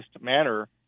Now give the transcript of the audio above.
manner